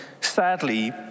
sadly